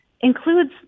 includes